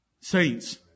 saints